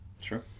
Sure